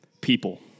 people